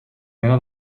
mena